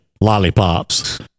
lollipops